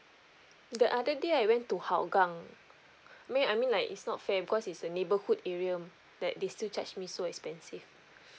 the other day I went to hougang I mean I mean like it's not fair because it's a neighbourhood area that they still charge me so expensive